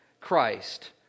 Christ